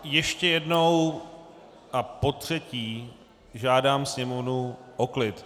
Já ještě jednou a potřetí žádám sněmovnu o klid.